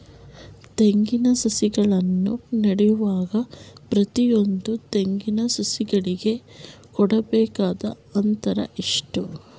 ತೆಂಗಿನ ಸಸಿಗಳನ್ನು ನೆಡುವಾಗ ಪ್ರತಿಯೊಂದು ತೆಂಗಿನ ಸಸಿಗಳಿಗೆ ಕೊಡಬೇಕಾದ ಅಂತರ ಎಷ್ಟು?